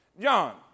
John